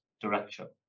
direction